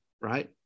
right